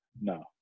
No